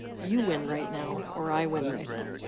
you win right now, or i win right now.